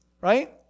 right